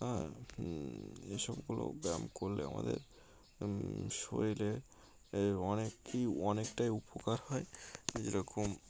হ্যাঁ এসবগুলো ব্যায়াম করলে আমাদের শরীরে অনেকই অনেকটাই উপকার হয় যেরকম